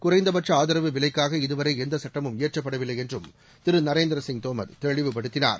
குறைந்தபட்ச ஆதரவு விலைக்காக இதுவரை எந்த சுட்டமும் இயற்றப்படவில்லை என்றும் திரு நரேந்திரசிங் தோமர் தெளிவுபடுத்தினார்